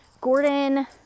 Gordon